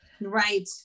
Right